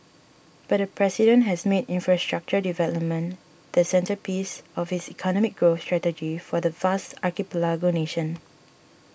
but the president has made infrastructure development the centrepiece of his economic growth strategy for the vast archipelago nation